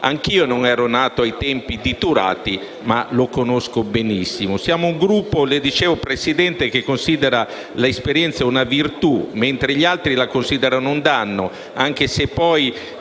Anch'io non ero nato ai tempi di Turati, ma lo conosco benissimo. Siamo un Gruppo, signor Presidente, che considera l'esperienza una virtù, mentre gli altri la considerano un danno, anche se poi